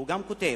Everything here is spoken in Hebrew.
הוא גם כותב: